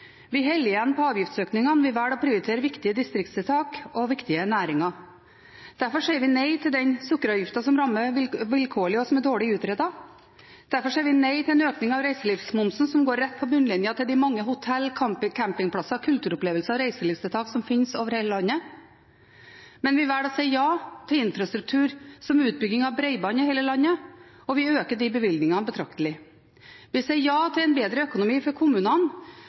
ser hele Norge. De bekrefter at når de lover skattelette, følger det ofte en prislapp med i form av økte avgifter, som også rammer helt vilkårlig. Senterpartiet velger en annen vei. Vi holder igjen på avgiftsøkningene, vi velger å prioritere viktige distriktstiltak og viktige næringer. Derfor sier vi nei til den sukkeravgiften som rammer vilkårlig, og som er dårlig utredet. Derfor sier vi nei til en økning av reiselivsmomsen som går rett på bunnlinjen til de mange hotell, campingplasser, kulturopplevelser og reiselivstiltak som finnes over hele landet. Men vi velger å si ja til infrastruktur, som utbygging